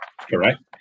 Correct